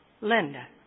Linda